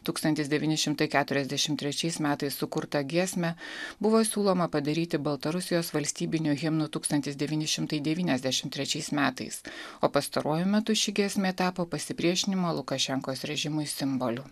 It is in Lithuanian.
tūkstantis devyni šimtai keturiasdešimt trečiais metais sukurtą giesmę buvo siūloma padaryti baltarusijos valstybiniu himnu tūkstantis devyni šimtai devyniasdešimt trečiais metais o pastaruoju metu ši giesmė tapo pasipriešinimo lukašenkos režimui simboliu